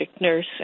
nurse